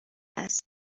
است